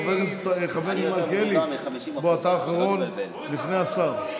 חבר הכנסת מלכיאלי, בוא, אתה אחרון לפני השר.